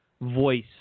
voice